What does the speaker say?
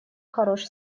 хорош